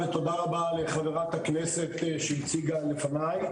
ותודה רבה לחברת הכנסת שהציגה לפני,